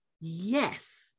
Yes